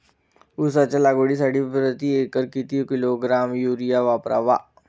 उसाच्या लागवडीसाठी प्रति एकर किती किलोग्रॅम युरिया वापरावा?